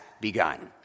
begun